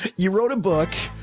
you wrote a book.